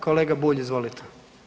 Kolega Bulj, izvolite.